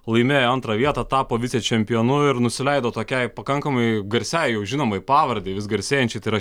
laimėjo antrą vietą tapo vicečempionu ir nusileido tokiai pakankamai garsiai žinomai pavardei vis garsėjančiai tai yra